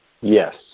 Yes